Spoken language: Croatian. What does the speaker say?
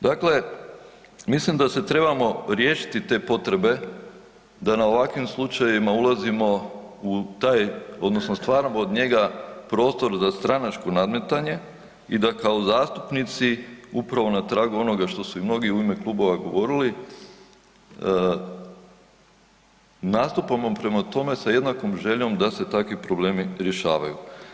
Dakle, mislim da se trebamo riješiti te potrebe da na ovakvim slučajevima ulazimo u taj, odnosno stvaramo od njega prostor za stranačko nadmetanje i da kao zastupnici upravo na tragu onoga što su i mnogi u ime klubova govorili, nastupamo prema tome sa jednakom željom da se takvi problemi rješavaju.